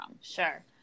Sure